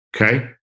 Okay